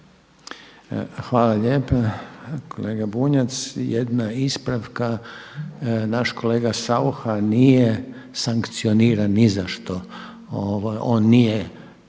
Hvala lijepa. Kolega Bunjac, jedna ispravka. Naš kolega SAucha nije sankcioniran ni za što, on nije